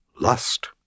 lust